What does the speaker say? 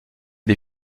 des